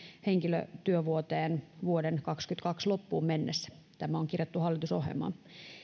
henkilötyövuoteen vuoden kaksikymmentäkaksi loppuun mennessä tämä on kirjattu hallitusohjelmaan